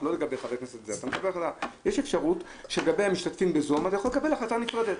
יש אפשרות שלגבי המשתתפים בזום אתה יכול לקבל החלטה נפרדת.